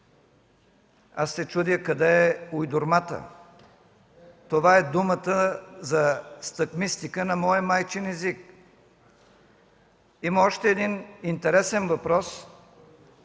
се чудя къде е уйдурмата – това е думата за стъкмистика на моя майчин език. Има още един интересен въпрос,